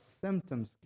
symptoms